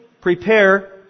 prepare